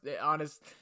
honest